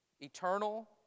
Eternal